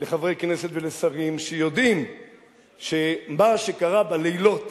לחברי כנסת ולשרים, שיודעים שמה שקרה בלילות